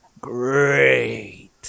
Great